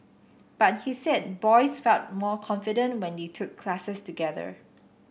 but he said boys felt more confident when they took classes together